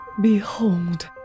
Behold